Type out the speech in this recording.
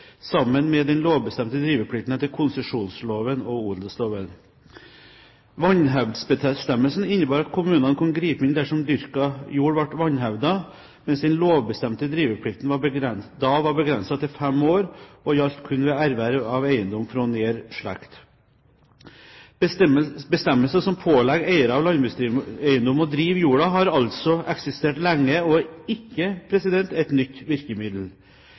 sammen med den lovbestemte driveplikten etter konsesjonsloven og odelsloven. Vanhevdsbestemmelsen innebar at kommunene kunne gripe inn dersom dyrket jord ble vanhevdet, mens den lovbestemte driveplikten da var begrenset til fem år og gjaldt kun ved erverv av eiendom fra nær slekt. Bestemmelser som pålegger eiere av landbrukseiendom å drive jorda, har altså eksistert lenge og er ikke et nytt virkemiddel.